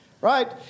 Right